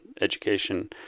education